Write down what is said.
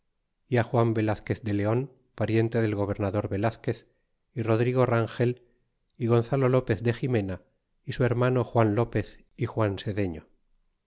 y juan velazquez de leon pariente del gobernador velazquez y rodrigo rangel y gonzalo lopez de ximena y su hermano juan lopez y juan sedeño